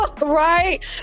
right